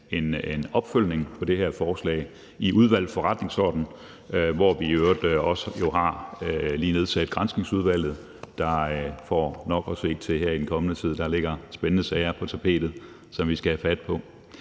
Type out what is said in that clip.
en opfølgning på det her forslag i Udvalget for Forretningsordenen, hvor vi i øvrigt jo også lige har nedsat Granskningsudvalget, der får nok at se til her i den kommende tid. Der er spændende sager på tapetet, som vi skal have fat på.